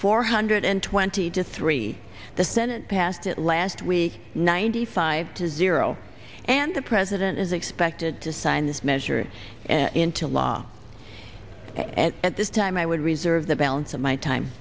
four hundred twenty to three the senate passed it last week ninety five to zero and the president is expected to sign this measure into law and at this time i would reserve the balance of my time